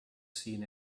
seen